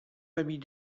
famille